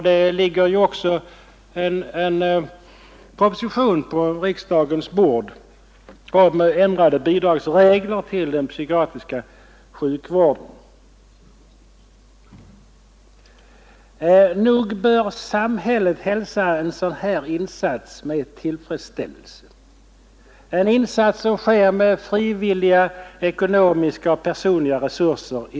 Det ligger ju också en proposition på riksdagens bord om ändrade bidragsregler till den psykiatriska sjukvården. Nog bör samhället hälsa en sådan insats med tillfredsställelse. Det är en insats som också i stor utsträckning sker med frivilliga ekonomiska och personliga resurser.